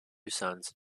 sons